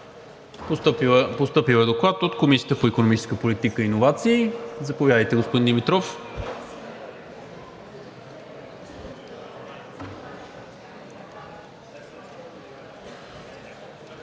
Постъпил е Доклад от Комисията по икономическа политика и иновации. Заповядайте, господин Димитров.